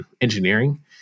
engineering